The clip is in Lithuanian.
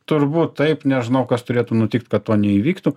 turbūt taip nežinau kas turėtų nutikt kad to neįvyktų